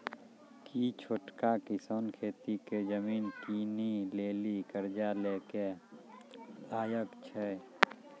कि छोटका किसान खेती के जमीन किनै लेली कर्जा लै के लायक छै?